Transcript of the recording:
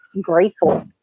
grateful